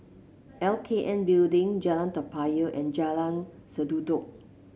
L K N Building Jalan Toa Payoh and Jalan Sendudok